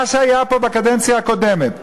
מה שהיה פה בקדנציה הקודמת,